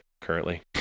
Currently